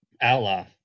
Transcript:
Outlaw